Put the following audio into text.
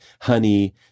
honey